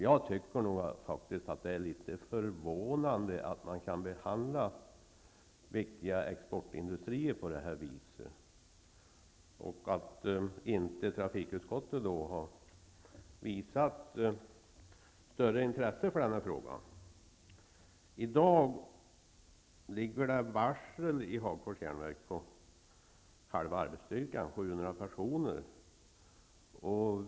Jag tycker att det är litet förvånande att viktiga exportindustrier kan behandlas på det viset och att trafikutskottet inte har visat större intresse för den här frågan. I dag ligger det varsel i Hagfors järnverk på halva arbetsstyrkan, 700 personer.